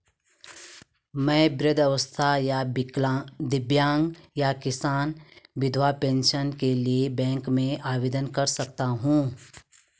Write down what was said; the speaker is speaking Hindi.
मैं वृद्धावस्था या दिव्यांग या किसान या विधवा पेंशन के लिए बैंक से आवेदन कर सकता हूँ?